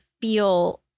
feel